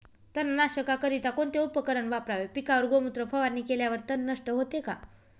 तणनाशकाकरिता कोणते उपकरण वापरावे? पिकावर गोमूत्र फवारणी केल्यावर तण नष्ट होते का?